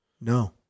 No